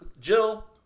Jill